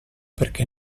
perché